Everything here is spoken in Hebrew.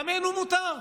דמנו מותר.